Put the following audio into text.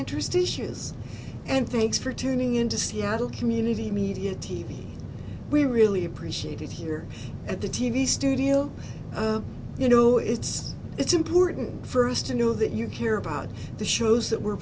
interest issues and thanks for tuning in to seattle community media t v we really appreciate it here at the t v studio you know it's it's important for us to know that you care about the shows that we're